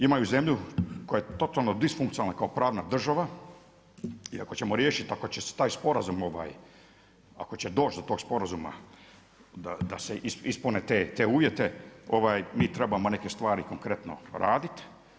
Imaju zemlju koja je totalno disfunkcionalna kao pravna država i ako ćemo riješiti i ako će taj sporazum ovaj, ako će doći do tog sporazuma da se ispune te uvijete, mi trebamo neke stvari konkretno raditi.